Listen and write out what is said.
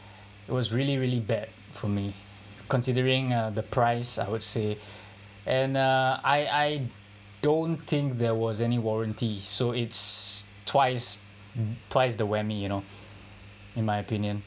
it was really really bad for me considering uh the price I would say and uh I I don't think there was any warranty so it's twice twice the whammy you know in my opinion